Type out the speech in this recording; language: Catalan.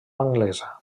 anglesa